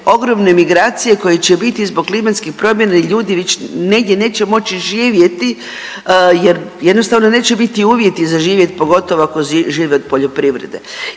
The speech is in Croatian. ogromne migracije koje će biti zbog klimatskih promjena i ljudi negdje neće moći živjeti, jer jednostavno neće biti uvjeti za živjeti pogotovo ako žive od poljoprivrede.